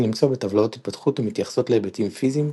למצוא בטבלאות התפתחות המתייחסות להיבטים פיזיים,